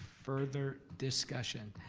further discussion,